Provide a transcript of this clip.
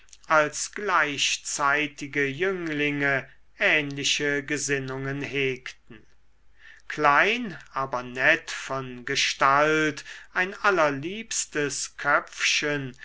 als gleichzeitige jünglinge ähnliche gesinnungen hegten klein aber nett von gestalt ein allerliebstes köpfchen